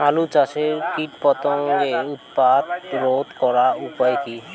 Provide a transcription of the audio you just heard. আলু চাষের কীটপতঙ্গের উৎপাত রোধ করার উপায় কী?